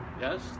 Yes